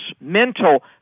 mental